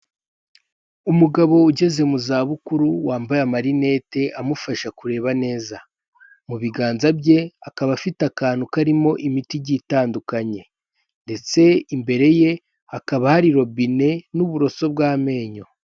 Umugabo ugeze mu zabukuru wambaye amarinete amufasha kureba neza, mu biganza bye akaba afite akantu karimo imiti igiye itandukanye ndetse imbere ye hakaba hari robine n'uburoso bw'amenyo.